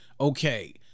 okay